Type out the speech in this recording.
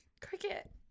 Cricket